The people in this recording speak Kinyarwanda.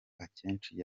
akenshi